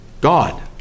God